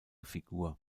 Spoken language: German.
figur